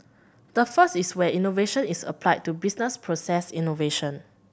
the first is where innovation is applied to business process innovation